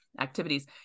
activities